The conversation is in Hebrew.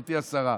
גברתי השרה.